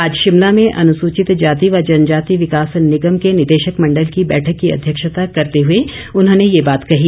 आज शिमला में अनुसूचितजाति व जनजाति विकास निगम के निदेशक मंडल की बैठक की अध्यक्षता करते हुए उन्होंने ये बात कही